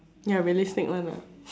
ya realistic one lah